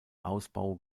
ausbau